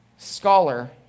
scholar